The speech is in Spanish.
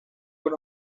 con